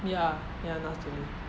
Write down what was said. ya ya nas daily